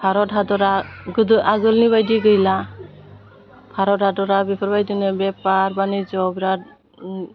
भारत हादरा गोदो आगोलनि बायदि गैला भारत हादरा बेफोरबायदिनो बेफार बानि जब्रात